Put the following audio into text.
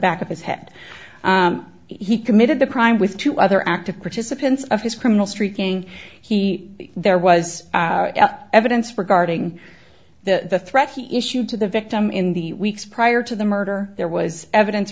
back of his head he committed the crime with two other active participants of his criminal streaking he there was evidence regarding the threat he issued to the victim in the weeks prior to the murder there was evidence